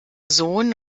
sohn